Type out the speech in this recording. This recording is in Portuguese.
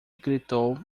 gritou